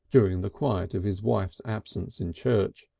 during the quiet of his wife's absence in church,